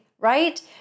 right